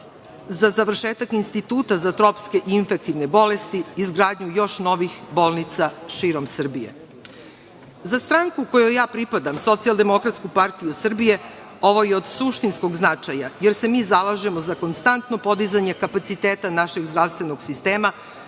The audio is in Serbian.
za završetak Instituta za tropske i infektivne bolesti i izgradnju još novih bolnica širom Srbije.Za stranku kojoj ja pripadam, Socijaldemokratsku partiju Srbije, ovo je od suštinskog značaja, jer se mi zalažemo za konstantno podizanje kapaciteta našeg zdravstvenog sistema